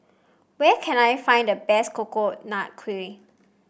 where can I find the best Coconut Kuih